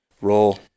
roll